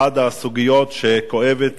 אחת הסוגיות שכואבת